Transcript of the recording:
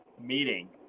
meeting